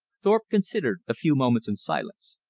thorpe considered a few moments in silence.